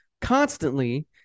constantly